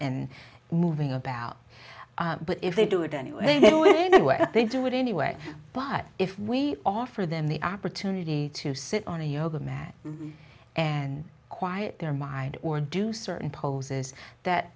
and moving about but if they do it any way they do it anyway but if we offer them the opportunity to sit on a yoga mat and quiet their mind or do certain poses that